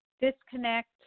disconnect